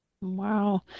Wow